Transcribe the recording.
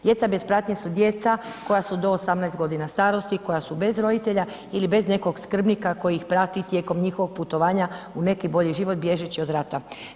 Djeca bez pratnje su djeca koja su do 18.g. starosti, koja su bez roditelja ili bez nekog skrbnika koji ih prati tijekom njihovog putovanja u neki bolji život, bježeći od rata.